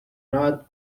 not